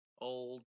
old